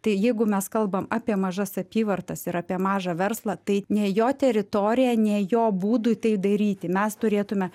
tai jeigu mes kalbam apie mažas apyvartas ir apie mažą verslą tai ne jo teritorija ne jo būdui tai daryti mes turėtume